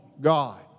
God